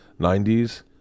90s